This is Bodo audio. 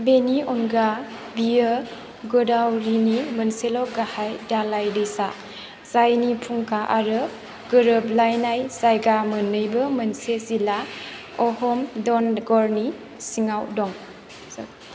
बेनि अनगा बेयो ग'दावरिनि मोनसेल' गाहाय दालाय दैसा जायनि फुंखा आरो गोरोबलायनाय जायगा मोन्नैबो मोनसे जिल्ला अहमदनगरनि सिङाव दं